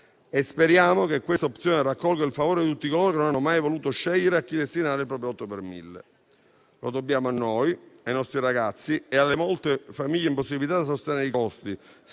e speriamo che questa opzione raccolga il favore di tutti coloro che non hanno mai voluto scegliere a chi destinare la propria quota. Lo dobbiamo a noi, ai nostri ragazzi e alle molte famiglie impossibilitate a sostenere i costi,